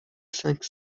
cinq